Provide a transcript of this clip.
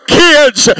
kids